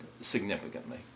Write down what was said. significantly